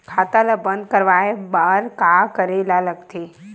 खाता ला बंद करवाय बार का करे ला लगथे?